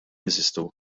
jeżistu